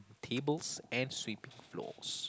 tables and sweep floors